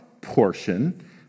portion